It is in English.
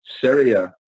syria